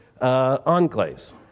enclaves